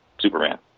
Superman